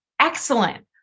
Excellent